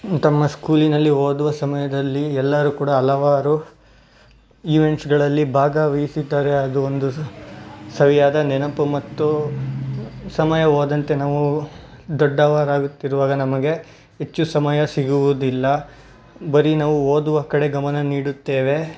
ತಮ್ಮ ಸ್ಕೂಲಿನಲ್ಲಿ ಓದುವ ಸಮಯದಲ್ಲಿ ಎಲ್ಲರೂ ಕೂಡ ಹಲವಾರು ಈವೆಂಟ್ಸ್ಗಳಲ್ಲಿ ಭಾಗವಹಿಸಿದ್ದಾರೆ ಅದು ಒಂದು ಸವಿಯಾದ ನೆನಪು ಮತ್ತು ಸಮಯ ಹೋದಂತೆ ನಾವು ದೊಡ್ಡವರಾಗುತ್ತಿರುವಾಗ ನಮಗೆ ಹೆಚ್ಚು ಸಮಯ ಸಿಗುವುದಿಲ್ಲ ಬರೀ ನಾವು ಓದುವ ಕಡೆ ಗಮನ ನೀಡುತ್ತೇವೆ